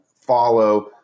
follow